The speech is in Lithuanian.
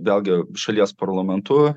vėlgi šalies parlamentu